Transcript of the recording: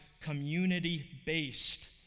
community-based